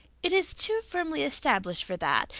it is too firmly established for that,